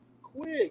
Quick